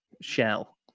shell